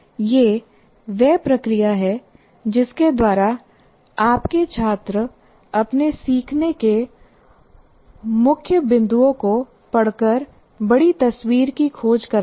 यह वह प्रक्रिया है जिसके द्वारा आपके छात्र अपने सीखने के मुख्य बिंदुओं को पकड़कर बड़ी तस्वीर की खोज करते हैं